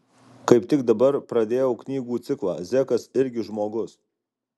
kaip tik dabar pradėjau knygų ciklą zekas irgi žmogus